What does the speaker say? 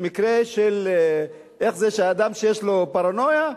מקרה של, איך זה שאדם יש לו פרנויה?